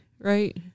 Right